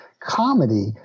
comedy